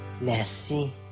Merci